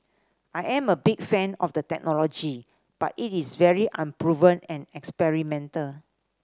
I am a big fan of the technology but it is very unproven and experimental